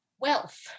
wealth